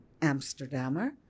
Amsterdamer